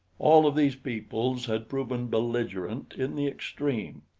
all of these peoples had proven belligerent in the extreme.